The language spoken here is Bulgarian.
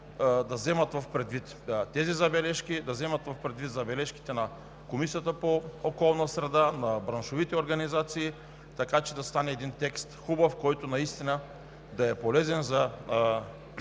да вземат предвид тези забележки, да вземат предвид забележките на Комисията по околната среда и водите, на браншовите организации, така че да стане хубав текст, който наистина да е полезен за нашите